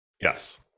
Yes